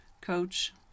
coach